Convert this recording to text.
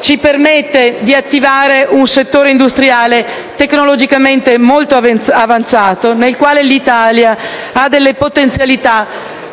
ci permette di attivare un settore industriale tecnologicamente molto avanzato, nel quale l'Italia ha potenzialità